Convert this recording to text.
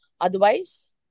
otherwise